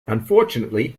unfortunately